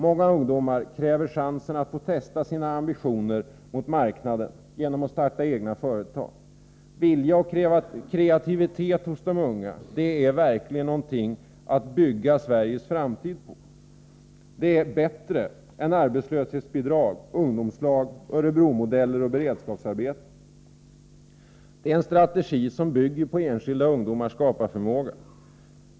Många ungdomar kräver chansen att få testa sina ambitioner mot marknaden genom att starta egna företag. Vilja och kreativitet hos de unga är verkligen något att bygga Sveriges framtid på. Det är bättre än arbetslöshetsbidrag, ungdomslag, Örebromodeller och beredskapsarbeten. Det bygger på enskilda ungdomars skaparförmåga.